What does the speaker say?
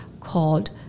called